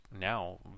now